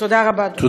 תודה רבה, אדוני.